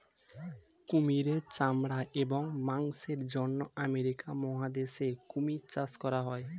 কুমিরের চামড়া এবং মাংসের জন্য আমেরিকা মহাদেশে কুমির চাষ করা হয়